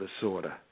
disorder